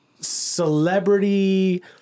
celebrity